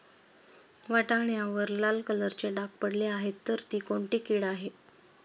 वाटाण्यावर लाल कलरचे डाग पडले आहे तर ती कोणती कीड आहे?